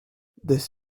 this